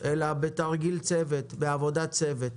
אלא בעבודת צוות.